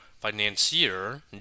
financier